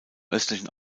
östlichen